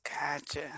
Gotcha